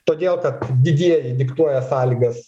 todėl kad didieji diktuoja sąlygas